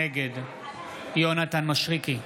נגד יונתן מישרקי,